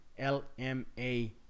LMA